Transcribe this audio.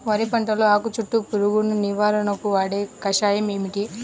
వరి పంటలో ఆకు చుట్టూ పురుగును నివారణకు వాడే కషాయం ఏమిటి?